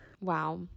Wow